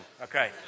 Okay